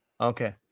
Okay